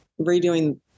redoing